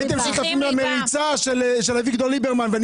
הייתם שותפים למריצה של אביגדור ליברמן ואני